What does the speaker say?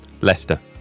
Leicester